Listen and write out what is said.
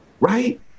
right